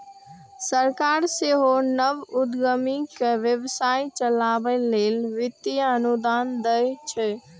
सरकार सेहो नव उद्यमी कें व्यवसाय चलाबै लेल वित्तीय अनुदान दै छै